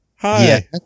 Hi